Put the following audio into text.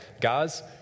Guys